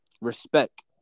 respect